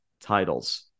titles